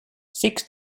six